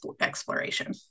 exploration